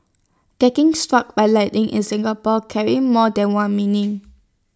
getting struck by lightning in Singapore carries more than one meaning